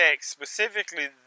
specifically